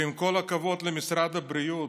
עם כל הכבוד למשרד הבריאות,